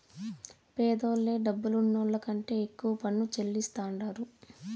పేదోల్లే డబ్బులున్నోళ్ల కంటే ఎక్కువ పన్ను చెల్లిస్తాండారు